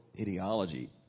ideology